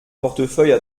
portefeuille